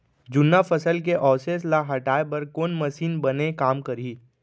जुन्ना फसल के अवशेष ला हटाए बर कोन मशीन बने काम करही?